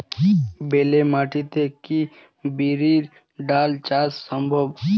বেলে মাটিতে কি বিরির ডাল চাষ সম্ভব?